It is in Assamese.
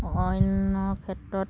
অন্য ক্ষেত্ৰত